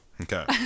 Okay